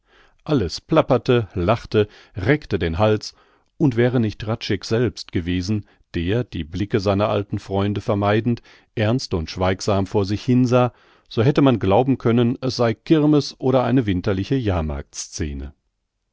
alles plapperte lachte reckte den hals und wäre nicht hradscheck selbst gewesen der die blicke seiner alten freunde vermeidend ernst und schweigend vor sich hinsah so hätte man glauben können es sei kirmeß oder eine winterliche